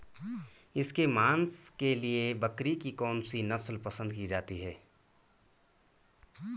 इसके मांस के लिए बकरी की कौन सी नस्ल पसंद की जाती है?